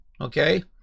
okay